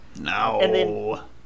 No